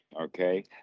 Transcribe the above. okay